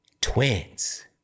twins